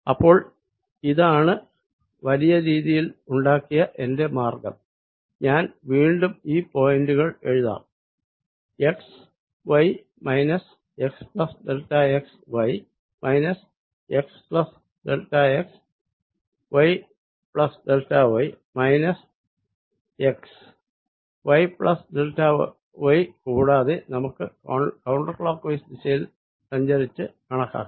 അപ്പോൾ ഇതാണ് വലിയ രീതിയിൽ ഉണ്ടാക്കിയ എന്റെ മാർഗ്ഗം ഞാൻ വീണ്ടും ഈ പോയിന്റുകൾ എഴുതാം xy x plus delta xy x plus delta x y plus delta y x y plus delta y കൂടാതെ നമുക്ക് കൌണ്ടർ ക്ലോക്ക്വൈസ് ദിശയിൽ സഞ്ചരിച്ച് കണക്കാക്കാം